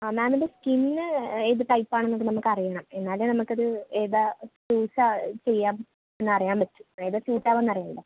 ആ മാമിൻ്റെ സ്കിൻ ഏത് ടൈപ്പ് ആണെന്നൊക്കെ നമുക്കറിയണം എന്നാലേ നമുക്കത് ഏതാണ് സ്യൂട്ട് ചെയ്യാൻ എന്നറിയാൻ പറ്റു ഏതാണ് സ്യൂട്ട് ആവുക എന്നറിയേണ്ടേ